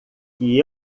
que